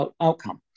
outcome